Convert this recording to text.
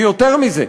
ויותר מזה,